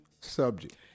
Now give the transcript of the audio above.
Subject